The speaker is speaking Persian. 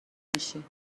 میشی